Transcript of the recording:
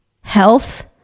Health